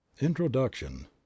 introduction